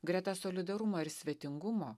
greta solidarumo ir svetingumo